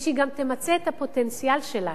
ושהיא גם תמצה את הפוטנציאל שלה.